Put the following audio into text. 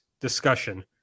discussion